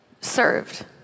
served